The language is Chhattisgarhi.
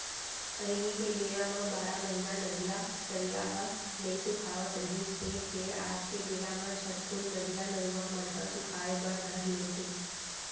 पहिली के बेरा म बारह महिना नदिया, तरिया ह नइ सुखावत रिहिस हे फेर आज के बेरा म झटकून नदिया, नरूवा मन ह सुखाय बर धर लेथे